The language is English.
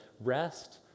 rest